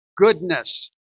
goodness